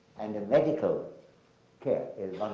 and a medical care is